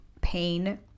pain